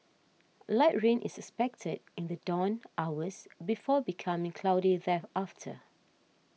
light rain is expected in the dawn hours before becoming cloudy thereafter